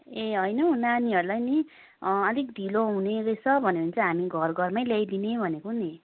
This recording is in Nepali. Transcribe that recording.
ए होइन हौ नानीहरूलाई नि अलिक ढिलो हुने रहेछ भन्यो भने चाहिँ हामी घर घरमै ल्याइदिने भनेको नि